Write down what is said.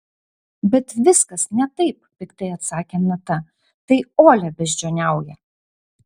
bet viskas ne taip piktai atsakė nata tai olia beždžioniauja